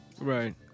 Right